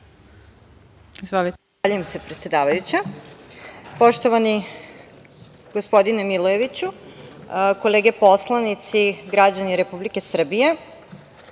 Zahvaljujem se predsedavajuća. Poštovani gospodine Milojeviću, kolege poslanici, građani Republike Srbije,